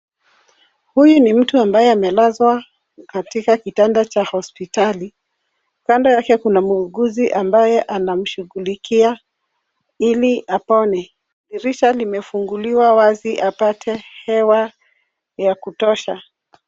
Huyu ni mtu ambaye amelazwa katika kitanda cha hospitali. Kando yake kuna muuguzi ambaye anamshughulikia ili apone. Dirisha limefunguliwa wazi apate hewa ya kutosha.